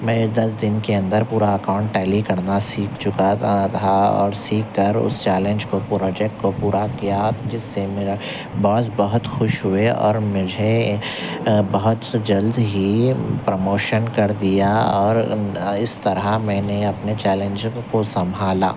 میں دس دن کے اندر پورا اکاؤنٹ ٹیلی کرنا سیکھ چکا تھا اور سیکھ کر اس چیلنج کو پروجکٹ کو پورا کیا جس سے میرا باس بہت خوش ہوئے اور مجھے بہت جلد ہی پروموشن کر دیا اور اس طرح میں نے اپنے چیلنج کو سنبھالا